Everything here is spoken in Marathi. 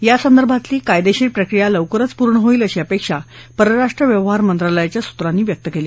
या संदर्भातली कायदेशीर प्रक्रिया लवकरच पूर्ण होईल अशी अपेक्षा परराष्ट्र व्यवहार मंत्रालयाच्या सूत्रांनी व्यक्त केली